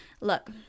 look